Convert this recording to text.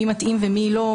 מי מתאים ומי לא,